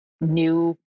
new